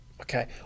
okay